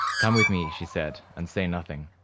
come with me, she said, and say nothing.